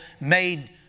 made